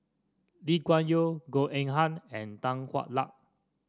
Lee Kuan Yew Goh Eng Han and Tan Hwa Luck